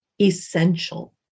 Essential